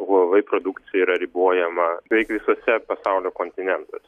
huavei produkcija yra ribojama beveik visuose pasaulio kontinentuose